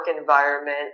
environment